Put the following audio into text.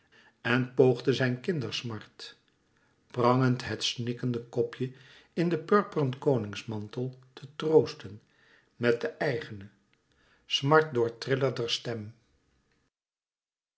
en poogde zijn kindersmart prangend het snikkende kopje in den purperen koningsmantel te troosten met de eigene smart doortrillerde stem